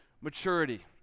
maturity